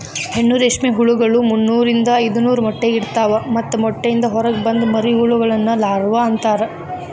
ಹೆಣ್ಣು ರೇಷ್ಮೆ ಹುಳಗಳು ಮುನ್ನೂರಿಂದ ಐದನೂರ ಮೊಟ್ಟೆ ಇಡ್ತವಾ ಮತ್ತ ಮೊಟ್ಟೆಯಿಂದ ಹೊರಗ ಬಂದ ಮರಿಹುಳಗಳನ್ನ ಲಾರ್ವ ಅಂತಾರ